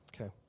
Okay